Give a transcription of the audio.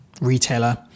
retailer